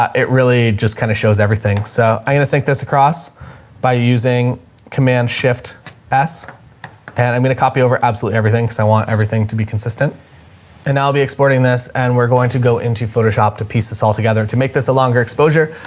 um it really just kind of shows everything. so i'm going to sync this across by using command shift s and i'm going to copy over absolutely everything because i want everything to be consistent and i'll be exporting this and we're going to go into photoshop to piece this all together to make this a longer exposure.